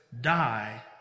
die